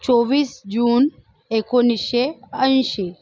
चोवीस जून एकोणीसशे ऐंशी